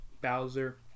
Bowser